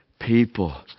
people